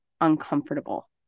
uncomfortable